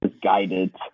Guided